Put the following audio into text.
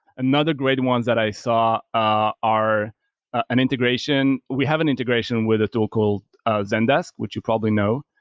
another great ones that i saw ah are an integration. we have an integration with a tool called zendesk, which you probably know.